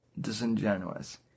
disingenuous